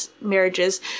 marriages